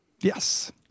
Yes